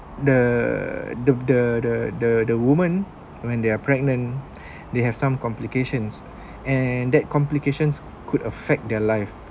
the the the the the woman when they are pregnant they have some complications and that complications could affect their life